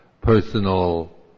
personal